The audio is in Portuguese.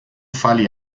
fale